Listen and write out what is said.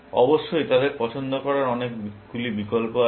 অবশ্যই তাদের পছন্দ করার অনেকগুলি বিকল্প আছে